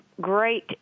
great